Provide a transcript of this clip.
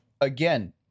Again